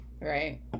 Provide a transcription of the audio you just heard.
right